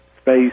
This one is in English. space